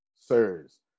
sirs